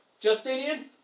Justinian